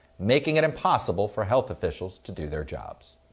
making it impossible for health officials to do their jobs?